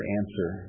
answer